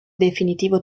definitivo